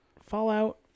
Fallout